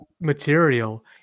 material